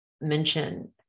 mention